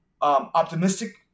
optimistic